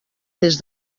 mes